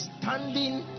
standing